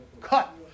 cut